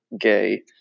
gay